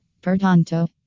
Pertanto